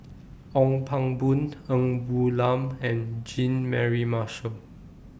Ong Pang Boon Ng Woon Lam and Jean Mary Marshall